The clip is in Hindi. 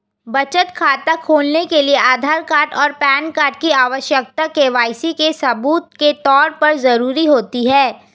बचत खाता खोलने के लिए आधार कार्ड और पैन कार्ड की आवश्यकता के.वाई.सी के सबूत के तौर पर ज़रूरी होती है